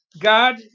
God